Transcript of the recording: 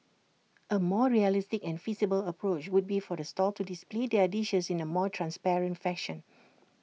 A more realistic and feasible approach would be for the stall to display their dishes in A more transparent fashion